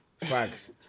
Facts